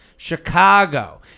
Chicago